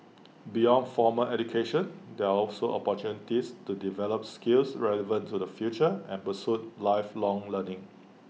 beyond formal education there are also opportunities to develop skills relevant to the future and pursue lifelong learning